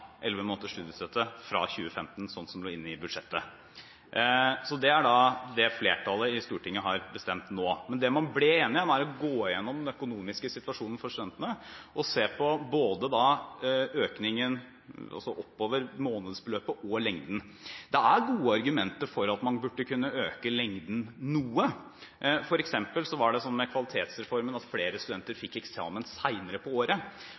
elleve måneders studiestøtte fra 2015, slik det lå inne i budsjettet. Det er det flertallet i Stortinget har bestemt nå. Men det man også ble enige om, er å gå igjennom den økonomiske situasjonen for studentene og se på både økningen i månedsbeløpet og lengden. Det er gode argumenter for at man burde kunne øke lengden noe. For eksempel var det slik med Kvalitetsreformen at flere studenter fikk eksamen senere på året.